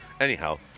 Anyhow